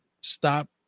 Stop